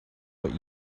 what